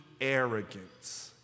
arrogance